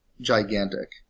gigantic